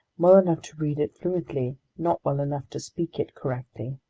well enough to read it fluently, not well enough to speak it correctly.